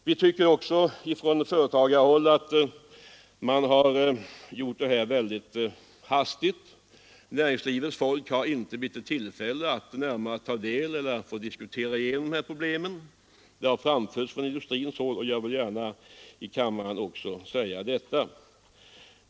På företagarhåll tycker vi också att man har gjort det här alltför hastigt. Näringslivets folk har inte blivit i tillfälle att närmare ta del av och diskutera problemen. Detta har framförts från industrihåll, och jag vill också gärna framhålla det i kammaren.